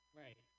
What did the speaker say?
right